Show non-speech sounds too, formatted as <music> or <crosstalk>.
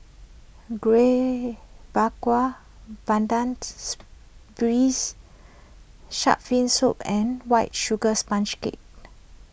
Kueh Bakar Pandan <unintelligible> Braised Shark Fin Soup and White Sugar Sponge Cake